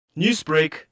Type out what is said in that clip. Newsbreak